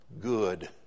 good